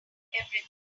everything